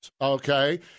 okay